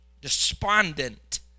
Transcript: despondent